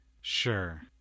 sure